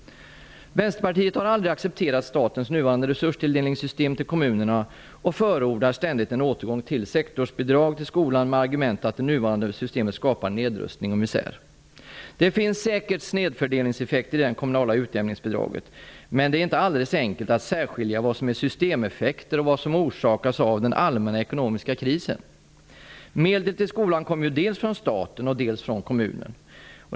Vänsterpartiet har aldrig accepterat statens nuvarande resurstilldelningssystem till kommunerna och förordar ständigt en återgång till sektorsbidrag till skolan med argumentet att det nuvarande systemet skapar nedrustning och misär. Det finns säkert snedfördelningseffekter i det kommunala utjämningsbidraget. Men det är inte alldeles enkelt att särskilja vad som är systemeffekter och vad som orsakas av den allmänna ekonomiska krisen. Medel till skolan kommer dels fråns staten, dels från kommunen.